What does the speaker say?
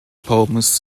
poems